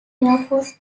airforce